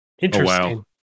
Interesting